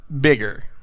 Bigger